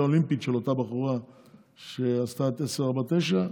האולימפי של אותה בחורה שעשתה את ה-10.49,